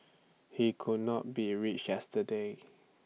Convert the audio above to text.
he could not be reached yesterday